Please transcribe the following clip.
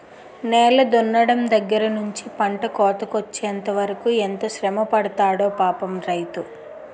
నేల దున్నడం దగ్గర నుంచి పంట కోతకొచ్చెంత వరకు ఎంత శ్రమపడతాడో పాపం రైతు